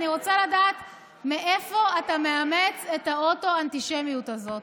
אני רוצה לדעת מאיפה אתה מאמץ את האוטו-אנטישמיות הזאת.